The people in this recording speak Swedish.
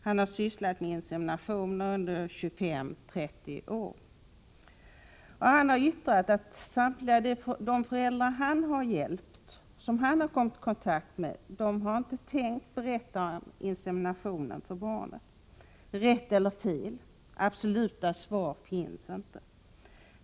Han har sysslat med inseminationer under 25-30 år, och han har yttrat att inte några av de föräldrar han har kommit i kontakt med och hjälpt har tänkt berätta om inseminationen för barnet. Är det rätt eller fel? Absoluta svar finns inte.